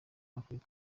afurika